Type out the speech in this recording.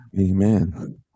Amen